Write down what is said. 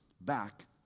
back